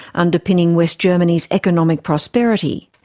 underpinning west germany's economic prosperity.